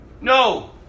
No